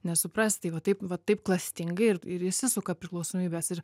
nesuprasi tai va taip va taip klastingai ir įsisuka priklausomybės ir